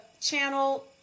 channel